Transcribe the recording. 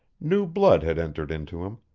new blood had entered into him,